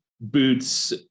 boots